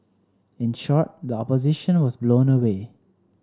in short the Opposition was blown away